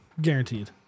Guaranteed